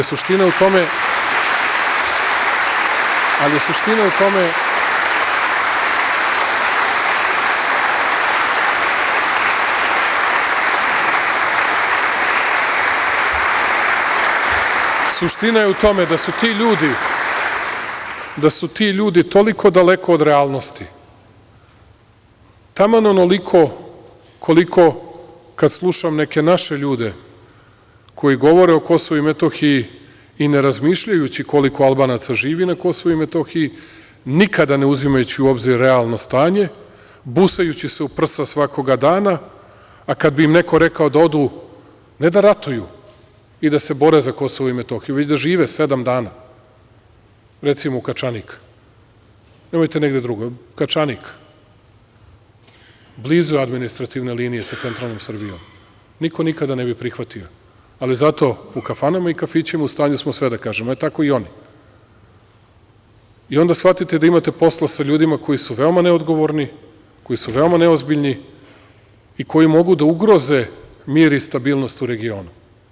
Suština je u tome da su ti ljudi toliko daleko od realnosti, taman onoliko koliko kada slušam neke naše ljude koji govore o Kosovu i Metohiji i ne razmišljajući koliko Albanaca živi na Kosovu i Metohiji, nikada ne uzimajući u obzir realno stanje, busajući se u prsa svakoga dana, a kada bi im neko rekao da odu, ne da ratuju i da se bore za Kosovo i Metohiju, već da žive sedam dana, recimo u Kačanik, nemojte negde drugo, Kačanik, blizu je administrativna linija sa centralnom Srbijom, niko nikada ne bi prihvatio, ali zato u kafanama i kafićima u stanju smo sve da kažemo, pa tako i oni i onda shvatite da imate posla sa ljudima koji su veoma neodgovorni, koji su veoma neozbiljni i koji mogu da ugroze mir i stabilnost u regionu.